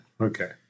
okay